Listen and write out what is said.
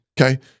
Okay